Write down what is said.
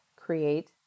create